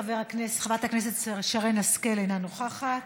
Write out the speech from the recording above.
חברת הכנסת שרן השכל, אינה נוכחת,